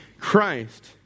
Christ